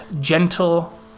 gentle